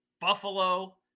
Buffalo